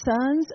sons